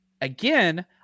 Again